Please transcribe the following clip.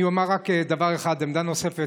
אני אומר רק דבר אחד, עמדה נוספת.